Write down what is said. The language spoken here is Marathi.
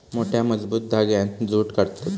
मोठ्या, मजबूत धांग्यांत जूट काततत